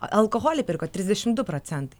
alkoholį pirko trisdešimt du procentai